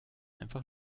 einfach